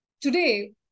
Today